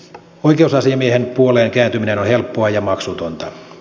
oikeusasiamiehen puoleen kääntyminen on helppoa ja maksutonta